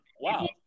wow